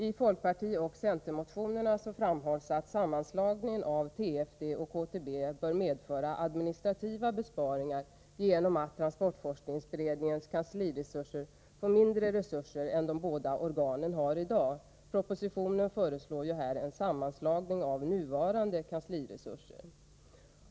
I folkpartioch centermotionerna framhålls att sammanslagningen av TFD och KTB bör medföra administrativa besparingar, eftersom transportforskningsberedningens kansli får mindre resurser än vad de båda organen har i dag. I propositionen föreslås här en sammanslagning av nuvarande kansliresurser.